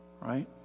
right